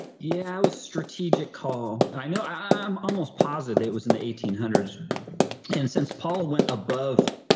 yeah, it was strategic call. and i know, i'm almost positive it was in the eighteen hundreds and since paul went above.